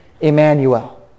Emmanuel